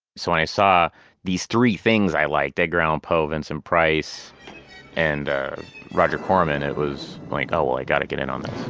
so when i saw these three things i liked dead ground po vincent price and roger corman it was like oh i gotta get in on this